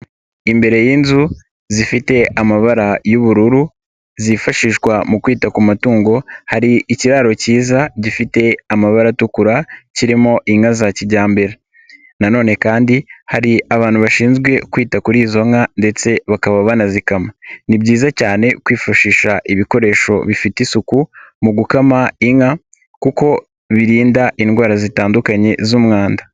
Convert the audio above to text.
Imbere y'inzu zifite amabara y'ubururu zifashishwa mu kwita ku matungo, hari ikiraro kiza gifite amabara atukura, kirimo inka za kijyambere. Nanone kandi hari abantu bashinzwe kwita kuri izo nka ndetse bakaba banazikama. Ni byiza cyane kwifashisha ibikoresho bifite isuku mu gukama inka kuko birinda indwara zitandukanye z'umwanda.